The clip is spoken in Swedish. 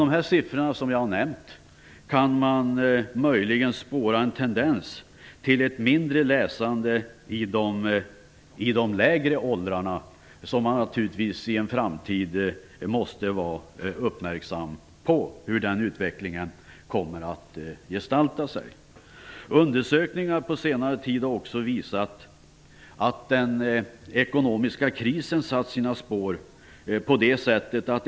Av de siffror som jag har nämnt kan man möjligen spåra en tendens till ett mindre läsande i de lägre åldrarna. I framtiden måste man vara uppmärksam på hur den utvecklingen kommer att gestalta sig. Undersökningar på senare tid har också visat att den ekonomiska krisen satt sina spår.